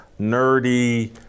nerdy